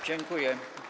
Dziękuję.